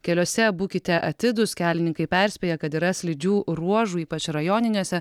keliuose būkite atidūs kelininkai perspėja kad yra slidžių ruožų ypač rajoniniuose